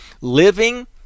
Living